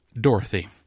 Dorothy